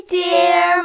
dear